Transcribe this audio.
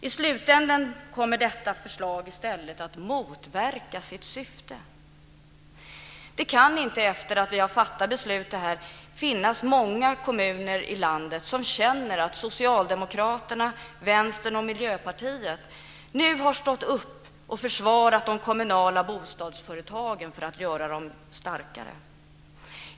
I slutänden kommer detta förslag i stället att motverka sitt syfte. Det kan inte efter det att vi har fattat detta beslut finnas många kommuner i landet som känner att Socialdemokraterna, Vänstern och Miljöpartiet nu har stått upp och försvarat de kommunala bostadsföretagen för att göra dem starkare.